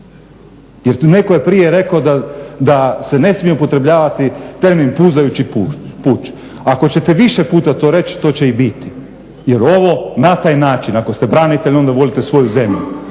jer netko je prije rekao da se ne smije upotrebljavati termin puzajući puč. Ako ćete više puta to reći to će i biti jer ovo na taj način ako ste branitelj onda volite svoju zemlju,